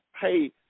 pay